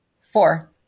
Four